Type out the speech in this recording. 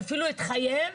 אפילו את חייהם,